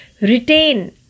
retain